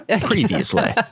Previously